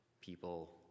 people